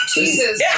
Jesus